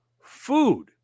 Food